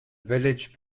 village